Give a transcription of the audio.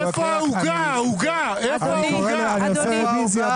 אני עושה רביזיה,